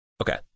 Okay